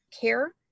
care